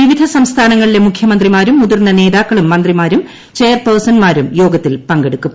വിവിധ സംസ്ഥാനങ്ങളിലെ മുഖ്യമന്ത്രിമാരും മുതിർന്ന നേത്യാക്കളും മന്ത്രിമാരും ചെയർപേഴ്സൺമാരും യോഗത്തിൽ പ്രിങ്കെടു്ക്കും